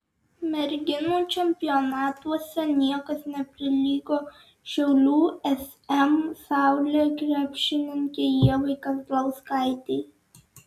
merginų čempionatuose niekas neprilygo šiaulių sm saulė krepšininkei ievai kazlauskaitei